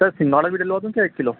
سر سنگھاڑا بھی ڈلوا دوں کیا ایک کلو